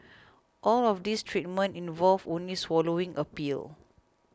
all of these treatments involve only swallowing a pill